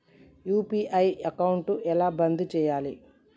UPI account ఎలా బంద్ చేయాలి?